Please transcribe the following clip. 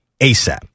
ASAP